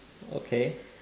okay